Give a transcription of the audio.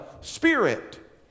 spirit